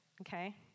Okay